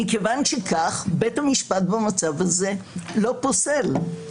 מכיוון שכך, בית המשפט במצב הזה לא פוסל.